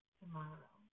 tomorrow